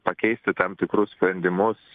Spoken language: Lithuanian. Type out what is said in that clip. pakeisti tam tikrus sprendimus